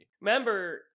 remember